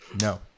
no